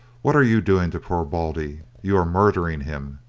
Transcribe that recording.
what are you doing to poor baldy? you are murdering him.